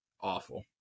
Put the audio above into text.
awful